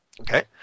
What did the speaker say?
okay